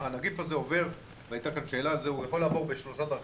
הנגיף הזה עובר והייתה כאן שאלה על זה הוא יכול לעבור בשלוש דרכים: